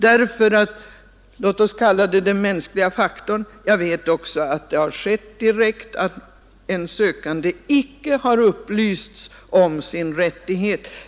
Jag vet att det direkt har skett — låt oss säga att det beror på den mänskliga faktorn — att en sökande icke har upplysts om sin rättighet.